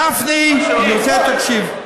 גפני, אני רוצה שתקשיב,